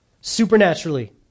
supernaturally